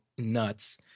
nuts